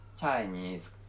Chinese